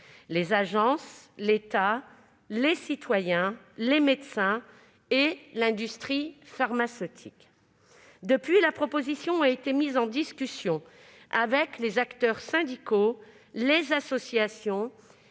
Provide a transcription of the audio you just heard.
les agences, l'État, les citoyens, les médecins et l'industrie pharmaceutique ». Depuis lors, la proposition a été mise en discussion avec les acteurs syndicaux, les associations,